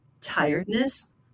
tiredness